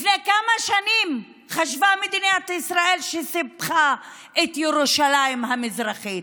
לפני כמה שנים חשבה מדינת ישראל שסיפחה את ירושלים המזרחית,